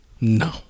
No